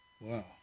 Wow